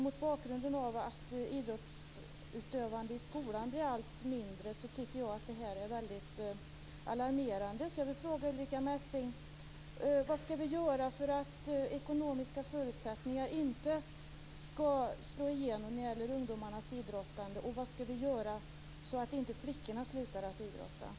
Mot bakgrund av att idrottsutövandet i skolan blir allt mindre tycker jag att det är väldigt alarmerande.